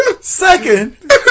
Second